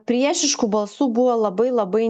priešiškų balsų buvo labai labai